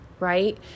right